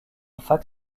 fac